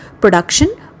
production